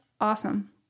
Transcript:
awesome